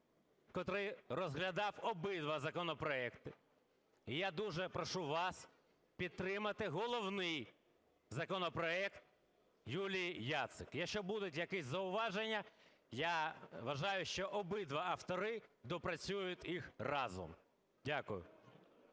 котрий розглядав обидва законопроекти. І я дуже прошу вас підтримати головний законопроект Юлії Яцик. Якщо будуть якісь зауваження, я вважаю, що обидва автори доопрацюють їх разом. Дякую.